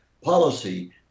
policy